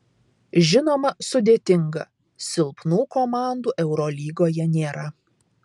žinoma sudėtinga silpnų komandų eurolygoje nėra